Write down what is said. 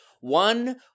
One